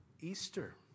Easter